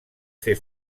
fer